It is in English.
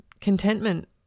contentment